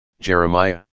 Jeremiah